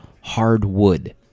hardwood